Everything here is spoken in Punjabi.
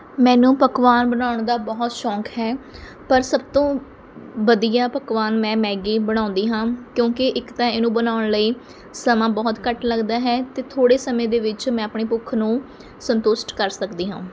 ਮੈਨੂੰ ਪਕਵਾਨ ਬਣਾਉਣ ਦਾ ਬਹੁਤ ਸ਼ੌਂਕ ਹੈ ਪਰ ਸਭ ਤੋਂ ਵਧੀਆ ਪਕਵਾਨ ਮੈਂ ਮੈਗੀ ਬਣਾਉਂਦੀ ਹਾਂ ਕਿਉਂਕਿ ਇੱਕ ਤਾਂ ਇਹਨੂੰ ਬਣਾਉਣ ਲਈ ਸਮਾਂ ਬਹੁਤ ਘੱਟ ਲੱਗਦਾ ਹੈ ਅਤੇ ਥੋੜ੍ਹੇ ਸਮੇਂ ਦੇ ਵਿੱਚ ਮੈਂ ਆਪਣੀ ਭੁੱਖ ਨੂੰ ਸੰਤੁਸ਼ਟ ਕਰ ਸਕਦੀ ਹਾਂ